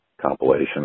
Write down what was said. compilation